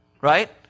right